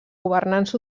governants